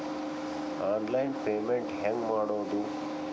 Online payment ಹೆಂಗ್ ಮಾಡೋದು?